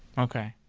okay.